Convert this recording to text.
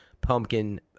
pumpkin